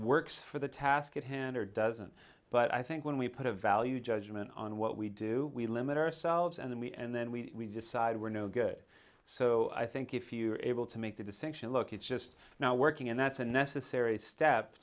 works for the task at hand or doesn't but i think when we put a value judgement on what we do we limit ourselves and we and then we decide we're no good so i think if you are able to make the distinction look it's just now working and that's a necessary step